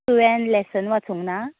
तुवें लॅसन वाचूंगना